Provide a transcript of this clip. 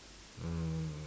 mm